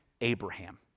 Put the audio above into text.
Abraham